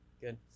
Good